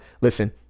listen